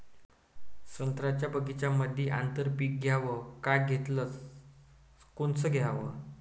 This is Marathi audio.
संत्र्याच्या बगीच्यामंदी आंतर पीक घ्याव का घेतलं च कोनचं घ्याव?